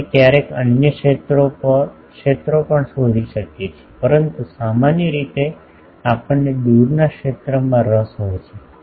આપણે ક્યારેક અન્ય ક્ષેત્રો પણ શોધી શકીએ છીએ પરંતુ સામાન્ય રીતે આપણને દૂરનાં ક્ષેત્રમાં રસ હોય છે